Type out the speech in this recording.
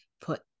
put